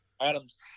Adam's